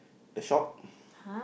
the shop